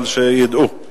אבל שידעו.